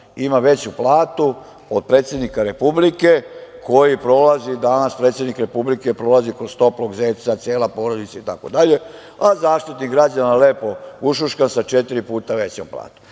ima veću platu od predsednika Republike, koji prolazi danas, predsednik Republike prolazi kroz toplog zeca, cela porodica, a Zaštitnik građana lepo ušuškan sa četiri puta većom platom. Pa,